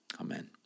Amen